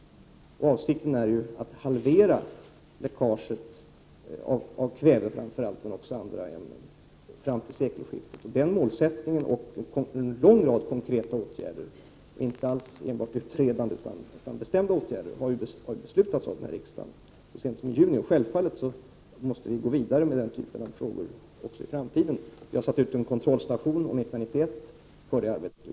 Avsikten är ju att halvera läckaget av framför allt kväve men också av andra ämnen fram till sekelskiftet. Det målet och en lång rad konkreta åtgärder — inte alls bara utredande — fattade ju riksdagen beslut om så sent som i juni. Självfallet måste vi gå vidare med denna typ av frågor. Vi har t.ex. satt ut en kontrollstation 1991 för detta arbete.